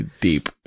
deep